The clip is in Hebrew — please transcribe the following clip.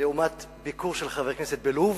לעומת ביקור של חברי כנסת בלוב,